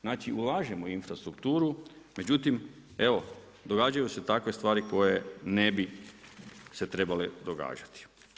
Znači ulažemo u infrastrukturu, međutim evo događaju se takve stvari koje ne bi se trebale događati.